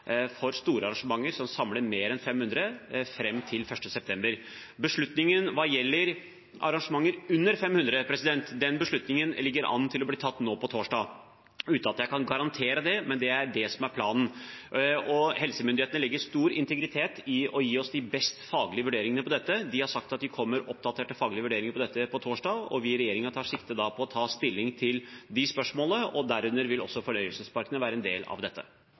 store arrangementer som samler mer enn 500, fram til 1. september. Beslutningen hva gjelder arrangementer under 500, ligger an til å bli tatt nå på torsdag – uten at jeg kan garantere det, men det er det som er planen. Helsemyndighetene legger stor integritet i å gi oss de beste faglige vurderingene når det gjelder dette. De har sagt at de kommer med oppdaterte faglige vurderinger om dette på torsdag. Vi i regjeringen tar da sikte på å ta stilling til de spørsmålene, og herunder vil også fornøyelsesparkene kunne være en del av